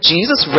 Jesus